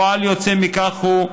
פועל יוצא מכך הוא,